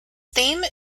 theme